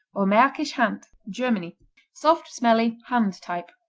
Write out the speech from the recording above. or markisch hand germany soft smelly hand type.